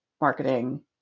marketing